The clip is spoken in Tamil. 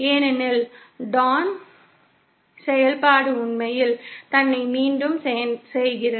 ஏனெனில் டான் செயல்பாடு உண்மையில் தன்னை மீண்டும் செய்கிறது